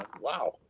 wow